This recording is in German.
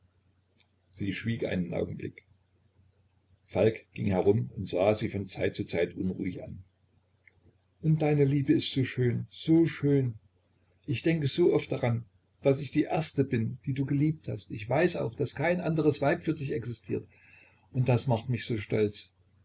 sie schwieg einen augenblick falk ging herum und sah sie von zeit zu zeit unruhig an und deine liebe ist so schön so schön ich denke so oft daran daß ich die erste bin die du geliebt hast ich weiß auch daß kein anderes weib für dich existiert und das macht mich so stolz